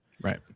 Right